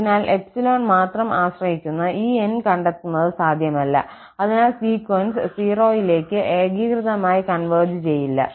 അതിനാൽ 𝜖 മാത്രം ആശ്രയിക്കുന്ന ഈ 𝑁 കണ്ടെത്തുന്നത് സാധ്യമല്ല അതിനാൽ സീക്വൻസ് 0 ലേക്ക് ഏകീകൃതമായി കൺവെർജ് ചെയ്യില്ല